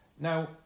Now